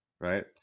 Right